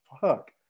Fuck